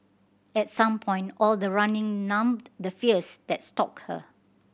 at some point all the running numbed the fears that stalked her